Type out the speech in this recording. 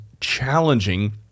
challenging